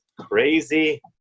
crazy